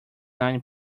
nine